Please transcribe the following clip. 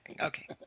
Okay